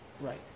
Right